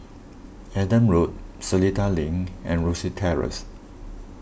Adam Road Seletar Link and Rosyth Terrace